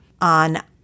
on